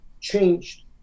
changed